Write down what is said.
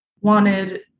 wanted